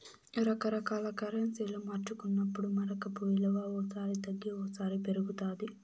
రకరకాల కరెన్సీలు మార్చుకున్నప్పుడు మారకపు విలువ ఓ సారి తగ్గి ఓసారి పెరుగుతాది